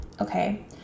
Okay